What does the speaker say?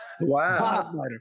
wow